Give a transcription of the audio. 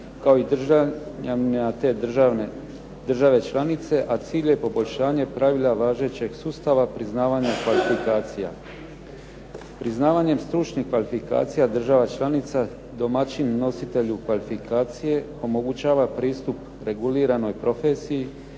kao i države članice a cilj je poboljšanje pravila važećeg sustava priznavanja kvalifikacija. Priznavanjem stručnih kvalifikacija država članica domaćin nositelju kvalifikacija omogućava pristup reguliranoj profesiji